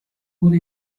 wurde